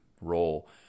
role